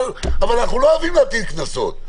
אבל אנחנו לא אוהבים להטיל קנסות.